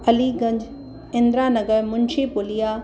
Aliganj Indira Nagar Munshi Puliya